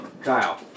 Kyle